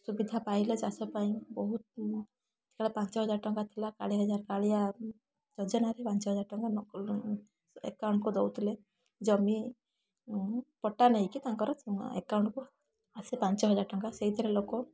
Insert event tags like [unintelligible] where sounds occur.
ସୁବିଧା ପାଇଲେ ଚାଷ ପାଇଁ ବହୁତ ସେଇଟା ପାଞ୍ଚହଜାର ଟଙ୍କା ଥିଲା କାଳିଆ [unintelligible] କାଳିଆ ଯୋଜନାରେ ପାଞ୍ଚହଜାର ଟଙ୍କା [unintelligible] ଏକାଉଣ୍ଟକୁ ଦଉଥିଲେ ଜମି ପଟା ନେଇକି ତାଙ୍କର ଏକାଉଣ୍ଟକୁ ଆସେ ପାଞ୍ଚହଜାର ଟଙ୍କା ସେଇଥିରେ ଲୋକ